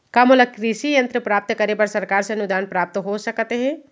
का मोला कृषि यंत्र प्राप्त करे बर सरकार से अनुदान प्राप्त हो सकत हे?